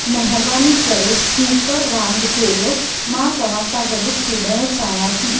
महिरबानी करे स्नूकरु रांदि खोलियो मां तव्हां सां गॾु खेॾणु चाहियां थी